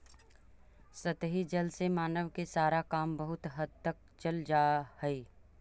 सतही जल से मानव के सारा काम बहुत हद तक चल जा हई